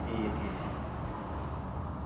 ठीक ऐ ठीक ऐ ठीक ऐ